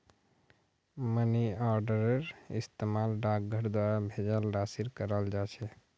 money आर्डरेर इस्तमाल डाकर द्वारा भेजाल राशिर कराल जा छेक